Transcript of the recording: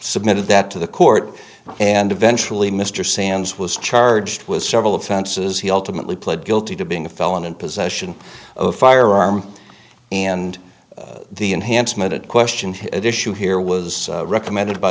submitted that to the court and eventually mr sands was charged with several offenses he ultimately pled guilty to being a felon in possession of a firearm and the enhancement at question at issue here was recommended by